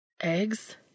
Eggs